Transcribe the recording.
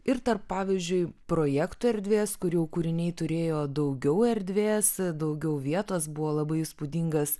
ir tarp pavyzdžiui projektų erdvės kurių kūriniai turėjo daugiau erdvės daugiau vietos buvo labai įspūdingas